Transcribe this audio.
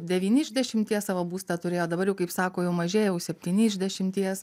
devyni iš dešimties savo būstą turėjo dabar jau kaip sako jau mažėja jau septyni iš dešimties